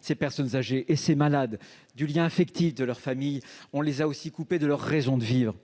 ces personnes âgées et ces malades du lien affectif avec leur famille, on les a aussi coupés de leur raison de vivre.